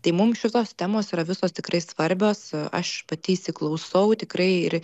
tai mum šitos temos yra visos tikrai svarbios aš pati įsiklausau tikrai ir